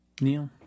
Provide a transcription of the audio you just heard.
Neil